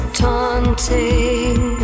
taunting